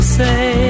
say